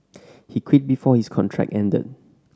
he quit before his contract ended